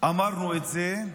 אמרנו את זה,